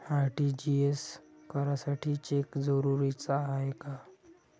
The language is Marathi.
आर.टी.जी.एस करासाठी चेक जरुरीचा हाय काय?